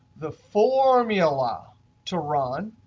the formula to run,